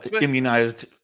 immunized